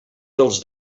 dels